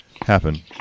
happen